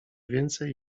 więcej